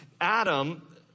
Adam